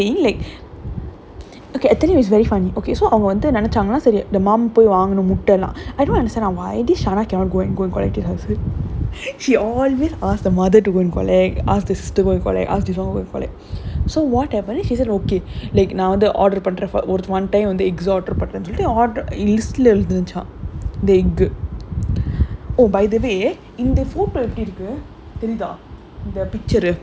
இல்ல அது பிரச்சன இல்ல:illa athu pirachana illa she went to go and order for me so she saying like okay I tell you is very funny okay so அவங்க வந்து நினைச்சாங்களா சரி:avanga vanthu ninaichaangalaa sari the mom போய் வாங்கனும் முட்ட எல்லாம்:poi vaanganum mutta ellaam I don't understand our turn ah I don't understand she always ask the mother to when colleague ask this do you collect as all with wallet so whatever then she said okay like நா வந்து:naa vanthu order பண்ற:pandra for one time வந்து:vanthu eggs order பண்றேனு சொல்லிட்டு:pandraenu sollittu list lah இருந்துச்சா:irunthuchaa the egg